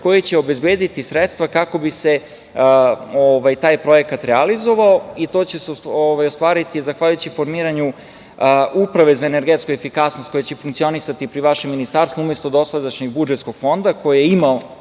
koje će obezbediti sredstva kako bi se taj projekat realizovao i to će ostvariti zahvaljujući formiranju uprave za energetsku efikasnost koja će funkcionisati pri vašem Ministarstvu, umesto dosadašnjeg budžetskog fonda, koji je imao